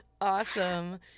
Awesome